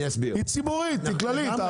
היא ציבורית, היא כללית.